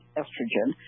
estrogen